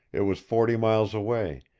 it was forty miles away,